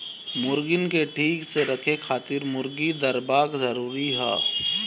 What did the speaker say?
मुर्गीन के ठीक से रखे खातिर मुर्गी दरबा जरूरी हअ